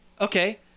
okay